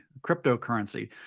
cryptocurrency